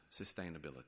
sustainability